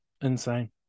Insane